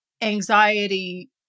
anxiety